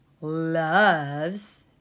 loves